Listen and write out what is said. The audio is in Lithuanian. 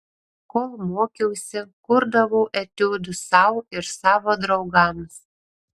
kol mokiausi kurdavau etiudus sau ir savo draugams